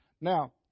Now